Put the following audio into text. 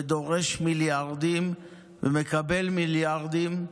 ודורש מיליארדים ומקבל מיליארדים,